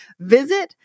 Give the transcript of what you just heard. visit